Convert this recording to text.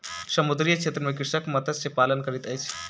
समुद्रीय क्षेत्र में कृषक मत्स्य पालन करैत अछि